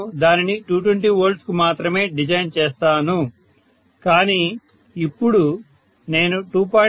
నేను దానిని 220 V కి మాత్రమే డిజైన్ చేస్తాను కానీ ఇప్పుడు నేను 2